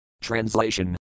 Translation